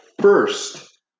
first